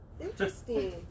Interesting